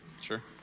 Sure